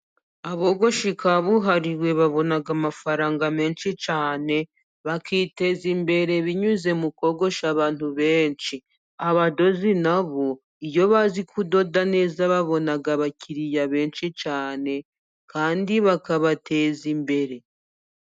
Abogoshi kabuhariwe babona amafaranga menshi cyane, bakiteza imbere binyuze mu kogosha abantu benshi. Abadozi nabo, iyo bazi kudoda neza babona abakiriya benshi cyane, kandi bakabateza imbere.